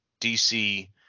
DC